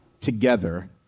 together